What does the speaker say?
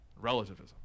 relativism